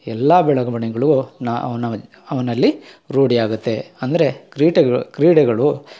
ಎಲ್ಲ ಬೆಳವಣಿಗೆಗಳು ನಾವು ನವ ಅವನಲ್ಲಿ ರೂಢಿಯಾಗುತ್ತೆ ಅಂದರೆ ಕ್ರೀಡೆಗುಳು ಕ್ರೀಡೆಗಳು